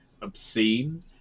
obscene